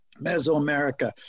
Mesoamerica